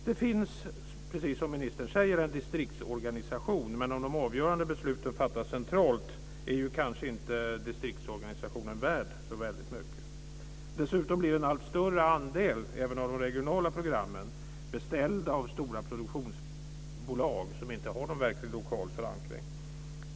Det finns, precis som ministern säger, en distriktsorganisation, men om de avgörande besluten fattas centralt är distriktsorganisationen kanske inte värd så väldigt mycket. Dessutom blir en allt större andel även av de regionala programmen beställda av stora produktionsbolag, som inte har någon verkligt lokal förankring.